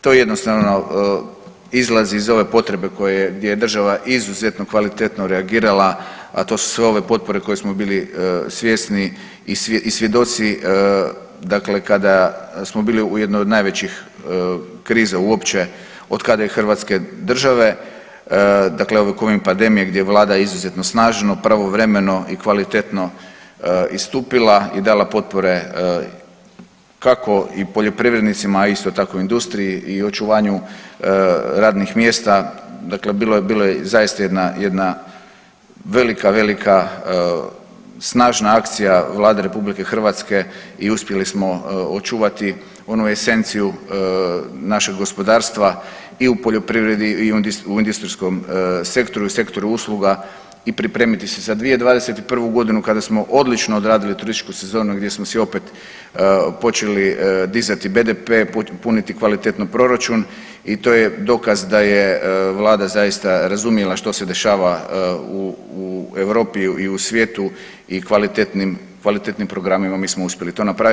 To jednostavno izlazi iz ove potrebe koju je, gdje je država izuzetno kvalitetno reagirala, a to su sve ove potpore koje smo bili svjesni i svjedoci dakle kada smo bili u jednoj od najvećih kriza uopće otkada je hrvatske države, dakle ove covid pandemije gdje je vlada izuzetno snažno, pravovremeno i kvalitetno istupila i dala potpore kako i poljoprivrednicima, isto tako i industriji i očuvanju radnih mjesta, dakle bilo je, bilo je zaista jedna, jedna velika, velika snažna akcija Vlade RH i uspjeli smo očuvati onu esenciju našeg gospodarstva i u poljoprivredi i u industrijskom sektoru i sektoru usluga i pripremiti se za 2021.g. kada smo odlično odradili turističku sezonu gdje smo si opet počeli dizati BDP, puniti kvalitetno proračun i to je dokaz da je vlada zaista razumjela što se dešava u Europi i u svijetu i kvalitetnim, kvalitetnim programima mi smo uspjeli to napravit.